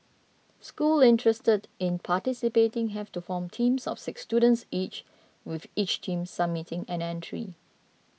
school interested in participating have to form teams of six students each with each team submitting an entry